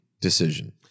decision